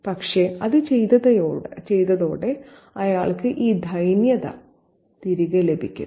പക്ഷേ അത് ചെയ്തതോടെ അയാൾക്ക് ഈ ദൈന്യത തിരികെ ലഭിക്കുന്നു